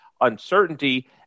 uncertainty